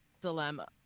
Dilemma